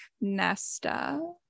nesta